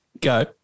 Go